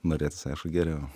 norėtųs aišku geriau